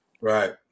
Right